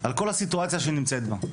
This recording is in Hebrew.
על כל הסיטואציה שהיא נמצאת בה.